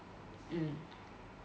mm